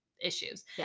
issues